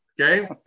Okay